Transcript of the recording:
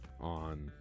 on